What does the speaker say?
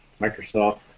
Microsoft